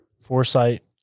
foresight